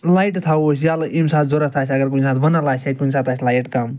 لایٹہٕ تھاوَو أسۍ ییٚلہٕ ییٚمہِ ساتہٕ ضُوٚرَتھ آسہِ اَگر کُنہِ ساتہٕ وُنَل آسہِ یا کُنہِ ساتہٕ آسہِ لایِٹ کَم